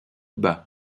bas